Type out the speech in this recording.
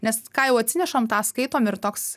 nes ką jau atsinešam tą skaitom ir toks